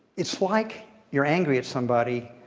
it's like you're angry at somebody,